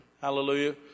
Hallelujah